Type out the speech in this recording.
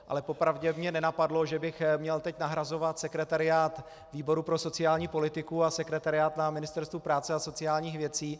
Ale po pravdě mě nenapadlo, že bych teď měl nahrazovat sekretariát výboru pro sociální politiku a sekretariát na Ministerstvu práce a sociálních věcí.